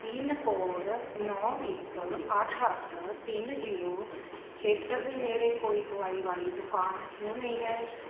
pin code ਨੌਂ ਇੱਕ ਅੱਠ ਅੱਠ ਤਿੰਨ ਜ਼ੀਰੋ ਖੇਤਰ ਦੇ ਨੇੜੇ ਕੋਈ ਦਵਾਈ ਵਾਲੀ ਦੁਕਾਨ ਕਿਉਂ ਨਹੀਂ ਹੈ